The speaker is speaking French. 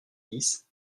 dix